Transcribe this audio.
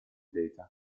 data